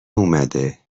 اومده